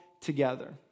together